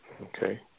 Okay